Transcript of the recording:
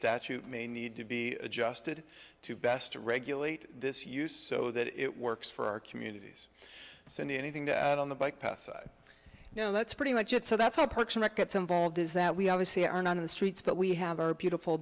statute may need to be adjusted to best to regulate this use so that it works for our communities send anything to add on the bike paths i know that's pretty much it so that's how a person that gets involved is that we obviously are not in the streets but we have our beautiful